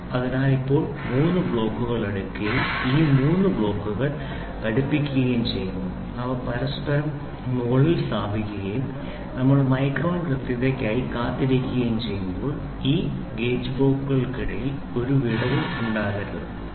അതിനാൽ ഇപ്പോൾ 3 ബ്ലോക്കുകൾ എടുക്കുകയും ഈ 3 ബ്ലോക്കുകൾ ഘടിപ്പിക്കുകയും ചെയ്യുന്നു അവ പരസ്പരം മുകളിൽ മുകളിൽ സ്ഥാപിക്കുകയും നമ്മൾ മൈക്രോൺ കൃത്യതയ്ക്കായി കാത്തിരിക്കുകയും ചെയ്യുമ്പോൾ ഈ ഗേജ് ബ്ലോക്കുകൾക്കിടയിൽ ഒരു വിടവും ഉണ്ടാകരുത് ശരി